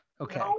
Okay